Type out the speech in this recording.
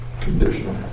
Conditional